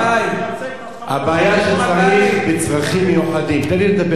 הבעיה שצריך בצרכים מיוחדים, תן לי לדבר, טוב?